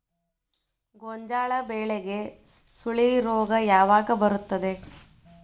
ಗೋಂಜಾಳ ಬೆಳೆಗೆ ಸುಳಿ ರೋಗ ಯಾವಾಗ ಬರುತ್ತದೆ?